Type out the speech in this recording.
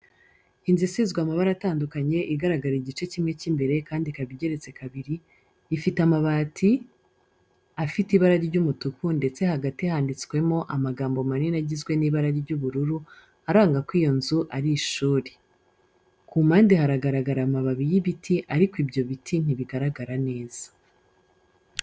Inzu isizwe amabara atandukanye igaragara igice kimwe cy'imbere kandi ikaba igeretse kabiri, Ifite amabati afite ibara ry'umutuku ndetse hagati handitswe amagambo manini agizwe nibara ry'ubururu aranga ko iyinzu ari ishuri. Kumpande haragaragara amababi y'ibiti ariko ibyo biti ntibigaragara neza.